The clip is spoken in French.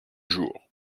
jours